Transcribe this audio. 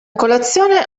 colazione